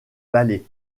ballet